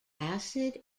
acid